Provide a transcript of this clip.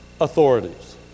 authorities